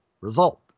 result